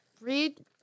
Read